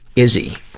izzy.